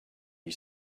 you